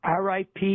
RIP